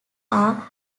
are